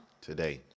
Today